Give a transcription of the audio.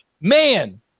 man